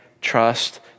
trust